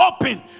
open